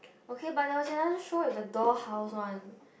okay but there was another show with the dollhouse one